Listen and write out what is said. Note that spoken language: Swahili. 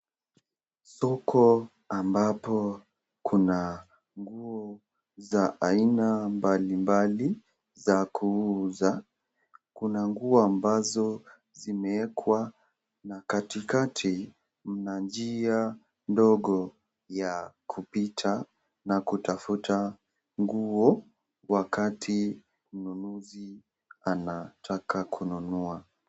soko ambapo kuna nguo mbali mbali za kuuzwa, kuna nguo ambazo zimeekwa, na katikati kuna njia ndogo ya kupita. nakutafuta nguo wakati mnunuzi anataka kununua.